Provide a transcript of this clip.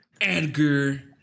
Edgar